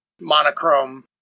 monochrome